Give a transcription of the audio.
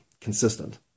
consistent